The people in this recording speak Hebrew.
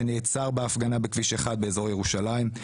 שנעצר בהפגנה בכביש 1 באזור ירושלים,